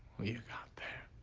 you got there?